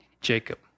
Jacob